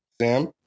Sam